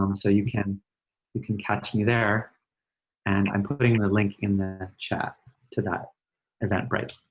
um so you can you can catch me there and i'm putting and the link in the chat to that eventbrite.